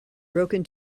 broken